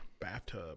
bathtub